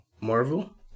Marvel